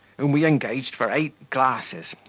whom we engaged for eight glasses,